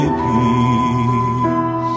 peace